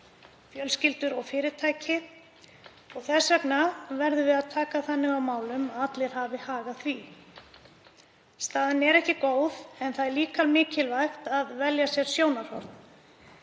fjölskyldur og fyrirtæki. Þess vegna verðum við að taka þannig á málum að allir hafi hag af því. Staðan er ekki góð en það er líka mikilvægt að velja sér sjónarhorn,